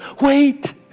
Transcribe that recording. wait